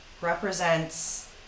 represents